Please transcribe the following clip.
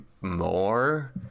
more